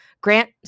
grant